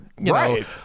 Right